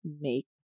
make